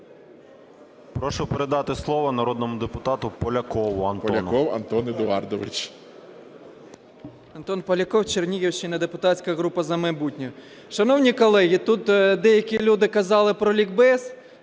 Прошу передати слово народному депутату Полякову Антону.